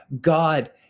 God